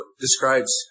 describes